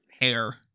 hair